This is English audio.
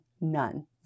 None